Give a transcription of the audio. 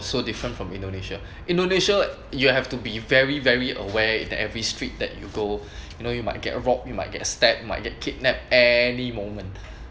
so different from indonesia indonesia you'll have to be very very aware in every street that you go you know you might get robbed you might stab you might get kidnapped any moment